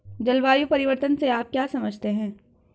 जलवायु परिवर्तन से आप क्या समझते हैं?